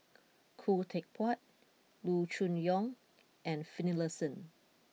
Khoo Teck Puat Loo Choon Yong and Finlayson